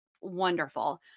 wonderful